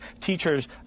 teachers